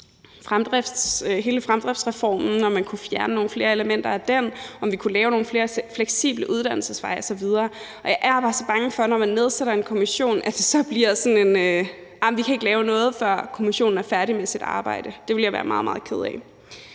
fremdriftsreformen, og om man kunne fjerne nogle flere elementer af den, og om vi kunne lave nogle flere fleksible uddannelsesveje osv., og jeg er bare så bange for, at det, når man nedsætter en kommission, bliver sådan noget med, at nej, man kan ikke lave noget, før kommissionen er færdig med sit arbejde. Det ville jeg være meget, meget ked af.